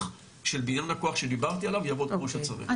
של בנין הכוח שדיברתי עליו יעבוד כמו שצריך.